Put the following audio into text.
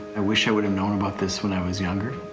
and wish i would've known about this when i was younger.